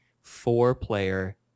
four-player